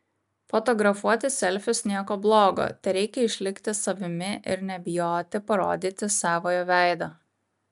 fotografuoti selfius nieko blogo tereikia išlikti savimi ir nebijoti parodyti savojo veido